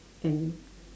and